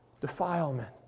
defilement